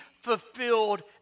fulfilled